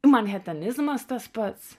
manhetenizmas tas pats